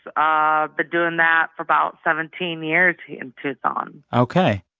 but ah but doing that for about seventeen years in tucson ok.